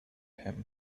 him